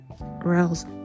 rails